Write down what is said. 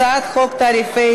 הצעת חוק תעריפי,